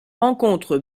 rencontre